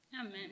Amen